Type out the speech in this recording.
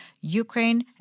Ukraine